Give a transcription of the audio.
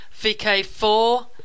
VK4